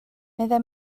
meddai